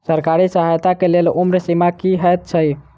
सरकारी सहायता केँ लेल उम्र सीमा की हएत छई?